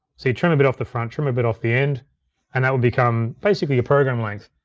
so you trim a bit off the front, trim a bit off the end and that would become basically your program length.